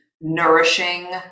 nourishing